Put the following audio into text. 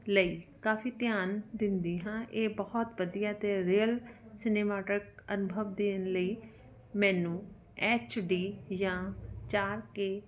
ਲਈ ਕਾਫ਼ੀ ਧਿਆਨ ਦਿੰਦੀ ਹਾਂ ਇਹ ਬਹੁਤ ਵਧੀਆ ਅਤੇ ਰੀਅਲ ਸਿਨੇਮਾਟੱਕ ਅਨੁਭਵ ਦੇਣ ਲਈ ਮੈਨੂੰ ਐਚ ਡੀ ਜਾਂ ਚਾਰ ਕੇ